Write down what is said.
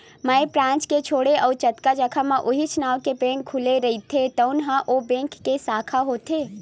माई branch के छोड़े अउ जतका जघा म उहींच नांव के बेंक खुले रहिथे तउन ह ओ बेंक के साखा होथे